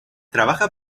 trabaja